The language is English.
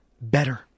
better